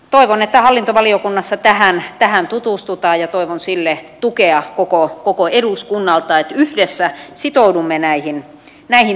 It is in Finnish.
toivon että hallintovaliokunnassa tähän tutustutaan ja toivon sille tukea koko eduskunnalta että yhdessä sitoudumme näihin tavoitteisiin